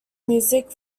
music